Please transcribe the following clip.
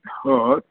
हो